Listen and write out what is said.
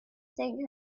thing